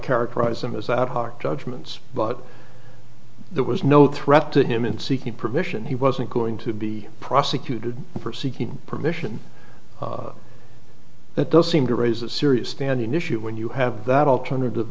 characterize them as out hard judgments but there was no threat to him in seeking permission he wasn't going to be prosecuted for seeking permission it does seem to raise a serious standing issue when you have that alternative